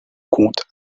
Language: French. compte